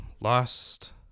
lost